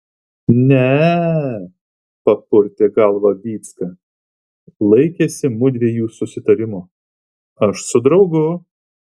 ne e papurtė galvą vycka laikėsi mudviejų susitarimo aš su draugu